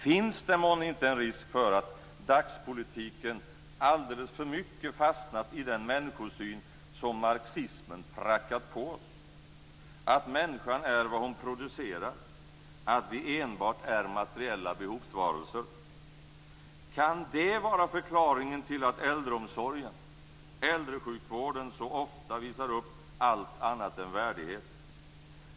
Finns det månne en risk för att dagspolitiken alldeles för mycket fastnat i den människosyn som marxismen prackat på oss, dvs. att människan är vad hon producerar och att vi enbart är materiella behovsvarelser? Kan det vara förklaringen till att äldreomsorgen och äldresjukvården så ofta visar upp allt annat än värdighet?